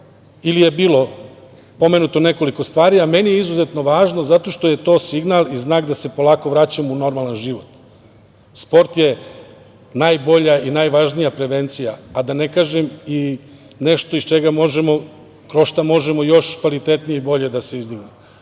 ili je bilo pomenuto nekoliko stvari, a meni je izuzetno važno, zato što je to signal i znak da se polako vraćamo u normalan život. Sport je najbolja i najvažnija prevencija, a da ne kažem i nešto iz čega možemo još kvalitetnije i bolje da se